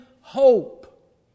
hope